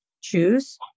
choose